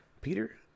Peter